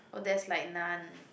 oh there's like none